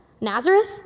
Nazareth